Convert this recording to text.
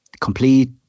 complete